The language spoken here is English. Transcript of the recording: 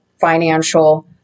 financial